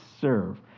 serve